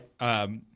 right